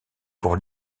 pour